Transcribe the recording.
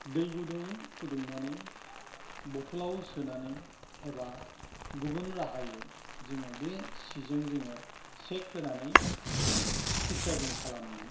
दैगुदुं फुदुंनानै बटलाव सोनानै एबा गुबुन राहायै जोङो बे सिजों जोङो सेख होनानै सिखिथसा जों खालामोमोन